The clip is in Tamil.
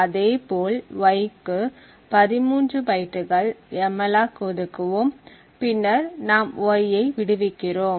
அதேபோல் y க்கு 13 பைட்டுகள் எம்மலாக் ஒதுக்குவோம் பின்னர் நாம் y ஐ விடுவிக்கிறோம்